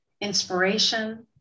inspiration